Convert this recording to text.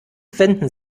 wenden